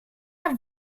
have